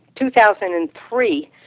2003